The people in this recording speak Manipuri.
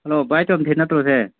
ꯍꯜꯂꯣ ꯚꯥꯏ ꯇꯣꯝꯊꯤꯟ ꯅꯠꯇ꯭ꯔꯣ ꯁꯦ